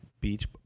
beach